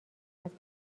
است